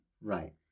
Right